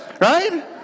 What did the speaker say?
right